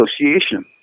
association